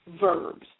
Verbs